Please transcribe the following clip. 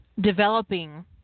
developing